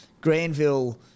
Granville